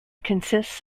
consists